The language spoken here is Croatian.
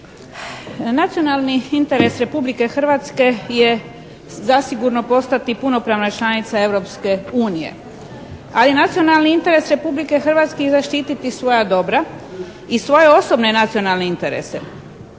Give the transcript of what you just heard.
Nacionalni interes Republike Hrvatske je zasigurno postati punopravna članica Europske unije. Ali nacionalni interes Republike Hrvatske je zaštititi svoja dobra i svoje osobne nacionalne interese.